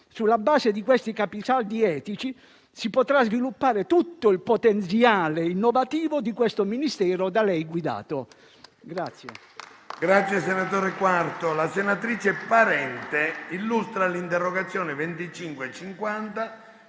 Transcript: Sulla base di questi capisaldi etici si potrà sviluppare tutto il potenziale innovativo di questo Ministero da lei guidato.